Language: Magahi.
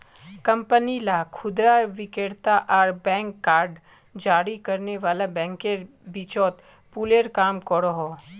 कंपनी ला खुदरा विक्रेता आर बैंक कार्ड जारी करने वाला बैंकेर बीचोत पूलेर काम करोहो